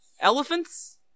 elephants